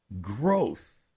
growth